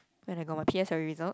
when I got my P_S_L_E result